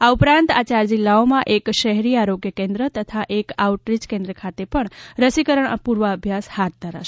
આ ઉપરાંત આ ચાર જિલ્લાઓમાં એક શહેરી આરોગ્ય કેન્દ્ર તથા એક આઉટરીય કેન્દ્ર ખાતે પણ રસીકરણ પૂર્વાભ્યાસ હાથ ધરાશે